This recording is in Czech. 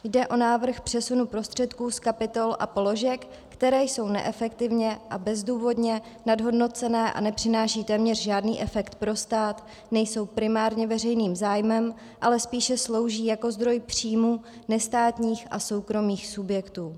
Jde o návrh přesunu prostředků z kapitol a položek, které jsou neefektivně a bezdůvodně nadhodnocené a nepřináší téměř žádný efekt pro stát, nejsou primárně veřejným zájmem, ale spíše slouží jako zdroj příjmů nestátních a soukromých subjektů.